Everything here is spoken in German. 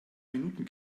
minuten